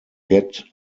get